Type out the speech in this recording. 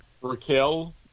Raquel